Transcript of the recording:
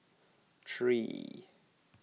three